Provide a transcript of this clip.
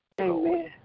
Amen